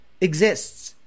exists